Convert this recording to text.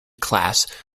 class